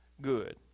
good